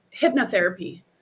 hypnotherapy